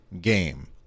game